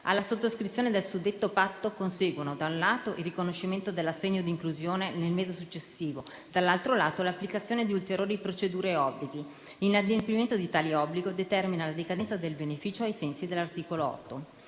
Alla sottoscrizione del suddetto patto conseguono, da un lato, il riconoscimento dell'assegno di inclusione nel mese successivo, dall'altro lato, l'applicazione di ulteriori procedure e obblighi. L'inadempimento di tali obblighi determina la decadenza del beneficio ai sensi dell'articolo 8.